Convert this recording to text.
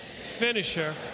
finisher